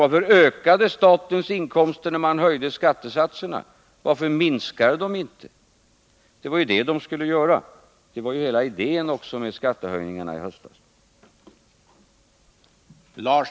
Varför ökades statens inkomster när man höjde skattesatserna? Varför minskade de inte? Det var ju det de skulle göra. Det var ju hela idén med skattehöjningarna i höstas.